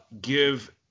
give